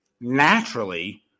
naturally